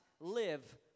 Live